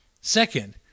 Second